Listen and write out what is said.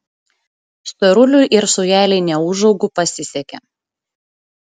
storuliui ir saujelei neūžaugų pasisekė